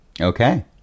Okay